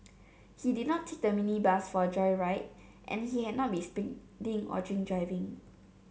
he did not take the minibus for a joyride and he had not been speeding or drink driving